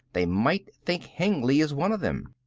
they might think hengly is one of them.